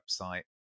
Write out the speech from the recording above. website